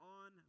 on